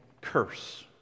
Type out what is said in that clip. curse